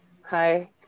Hi